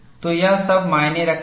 तो यह सब मायने रखता है